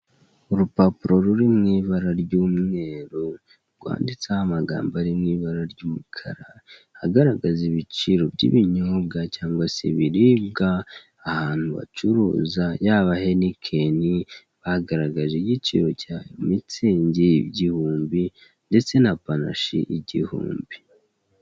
Urupapuro ruri mu ibara ry'umweru rwanditseho amagambo ari mi ibara ry'umukara agaragaza ibiciro by'ibinyobwa cyangwa se ibiribwa ahantu bacuruza yaba Heiniken bagaragaje igiciro cyayo, Mutzing igihumbi detse na Panache igihumbi.